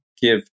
give